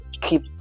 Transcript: keep